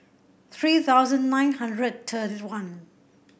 three thousand nine hundred thirty one